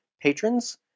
patrons